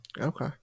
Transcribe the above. Okay